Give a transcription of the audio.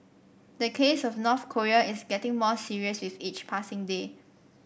the case of North Korea is getting more serious with each passing day